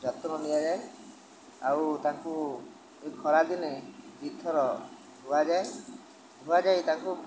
ଯତ୍ନ ନିଆଯାଏ ଆଉ ତାଙ୍କୁ ଏ ଖରାଦିନେ ଦୁଇ ଥର ଧୁଆଯାଏ ଧୁଆଯାଇ ତାଙ୍କୁ